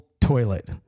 toilet